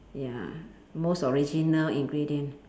ya most original ingredient